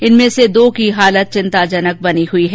इनमें से दो की हालत चिंताजनक बनी हुई है